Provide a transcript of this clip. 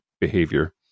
behavior